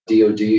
DOD